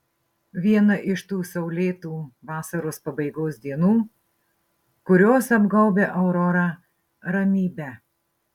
viena iš tų saulėtų vasaros pabaigos dienų kurios apgaubia aurorą ramybe